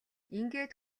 ингээд